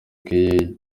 bweyeye